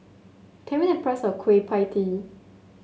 tell me the price of Kueh Pie Tee